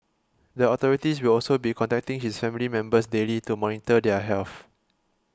the authorities will also be contacting his family members daily to monitor their health